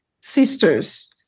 sisters